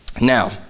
Now